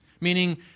Meaning